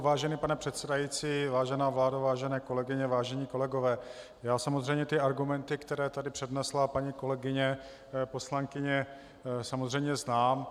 Vážený pane předsedající, vážená vládo, vážené kolegyně, vážení kolegové, já samozřejmě ty argumenty, které tady přednesla paní kolegyně poslankyně, znám.